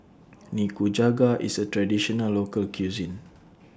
Nikujaga IS A Traditional Local Cuisine